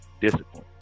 discipline